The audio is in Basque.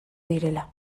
direla